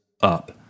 up